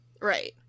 right